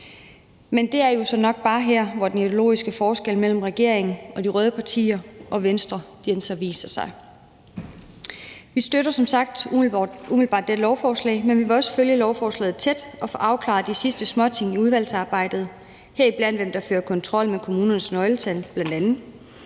Men det er jo så nok bare her, hvor den ideologiske forskel mellem regeringen og de røde partier og Venstre så viser sig. Vi støtter som sagt umiddelbart dette lovforslag, men vi vil også følge lovforslaget tæt og få afklaret de sidste småting i udvalgsarbejdet, heriblandt hvem der fører kontrol med kommunernes nøgletal. Der